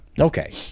Okay